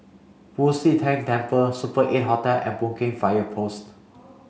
Fu Xi Tang Temple Super Eight Hotel and Boon Keng Fire Post